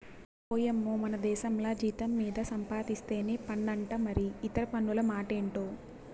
ఓయమ్మో మనదేశంల జీతం మీద సంపాధిస్తేనే పన్నంట మరి ఇతర పన్నుల మాటెంటో